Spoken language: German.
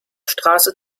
straße